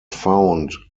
found